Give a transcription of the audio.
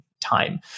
time